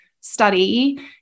study